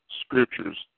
scriptures